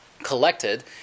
Collected